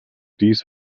dies